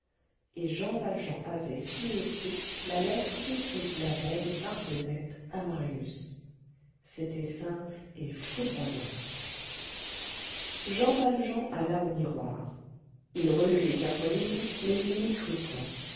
et jean valjean avait sous les yeux la lettre écrite la veille par cosette à marius c'était simple et foudroyant jean valjean alla au miroir il relut les quatre lignes